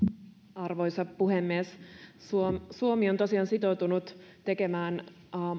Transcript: arvoisa puhemies suomi on tosiaan sitoutunut tekemään